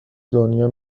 دنیا